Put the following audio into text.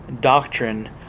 doctrine